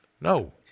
No